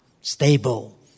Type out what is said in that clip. stable